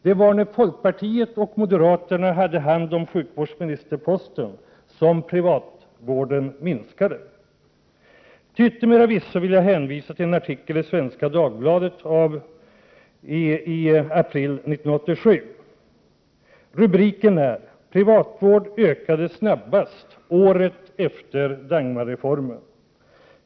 Det var när folkpartister och moderater hade hand om sjukvårdsministerposten som privatvården minskade. Till yttermera visso vill jag hänvisa till en artikel i Svenska Dagbladet från april 1987. Rubriken är ”Privatvård ökade snabbast året efter Dagmarreformen”.